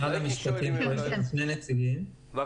אני